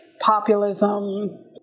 populism